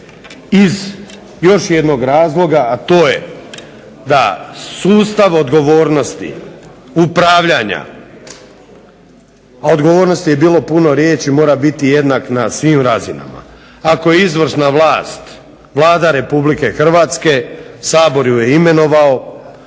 iz još jednog razloga, a to je da sustav odgovornosti upravljanja, a o odgovornosti je bilo puno riječi, mora biti jednak na svim razinama. Ako je izvršna vlast Vlada Republike Hrvatske, Sabor ju je imenovao,